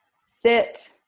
sit